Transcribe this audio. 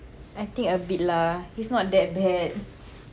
I think a bit lah he's not that bad